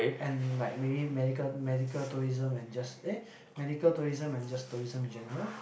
and like maybe medical medical tourism and just eh medical tourism and just tourism in general